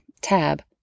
tab